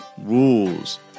Rules